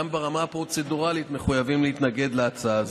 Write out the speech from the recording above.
גם ברמה הפרוצדורלית מחויבים להתנגד להצעה הזו.